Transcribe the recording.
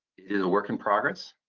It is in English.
is a work in progress,